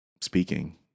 speaking